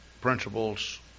principles